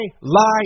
lie